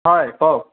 হয় কওক